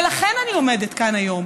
ולכן אני עומדת כאן היום,